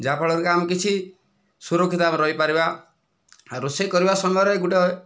ଯାହା ଫଳରେ କି ଆମେ କିଛି ସୁରକ୍ଷିତ ଭାବରେ ରହିପରିବା ଆଉ ରୋଷେଇ କରିବା ସମୟରେ ଗୋଟିଏ